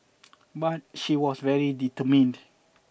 but she was very determined